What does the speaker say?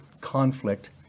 conflict